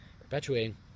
perpetuating